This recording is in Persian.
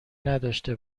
نداشته